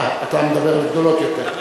אה, אתה מדבר על גדולות יותר.